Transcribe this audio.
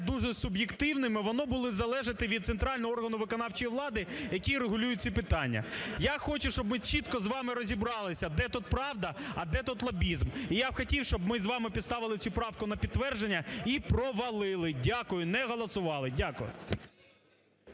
дуже суб'єктивним і воно буде залежати від центрального органу виконавчої влади, який регулює ці питання. Я хочу, щоб ми чітко з вами розібрались, де тут правда, а де тут лобізм. І я хотів би, щоб ми з вами поставили цю правку на підтвердження і провалили. Дякую. Не голосували. Дякую.